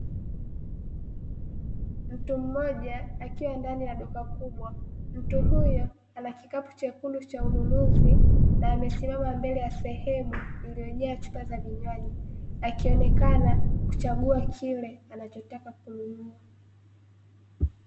Mtu mmoja akiwa ndani ya duka kubwa, mtu huyo ana kikapu chekundu cha ununuzi na amesimama mbele ya sehemu iliyojaa chupa za vinywaji akionekana kuchagua kile anachotaka kununua.